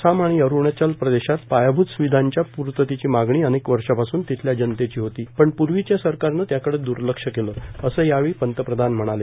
आसाम आणि अरूणाचल प्रदेशात पायाभूत स्विधांच्या पूर्ततेची मागणी अनेक वर्षांपासून तिथल्या जनतेची होती पण पूर्वीच्या सरकारानं त्याकडे दुर्लक्ष केलं असं यावेळी पंतप्रधान म्हणाले